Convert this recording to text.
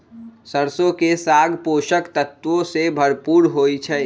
सरसों के साग पोषक तत्वों से भरपूर होई छई